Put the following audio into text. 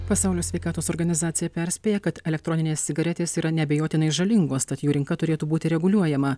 pasaulio sveikatos organizacija perspėja kad elektroninės cigaretės yra neabejotinai žalingos tad jų rinka turėtų būti reguliuojama